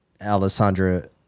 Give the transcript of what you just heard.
Alessandra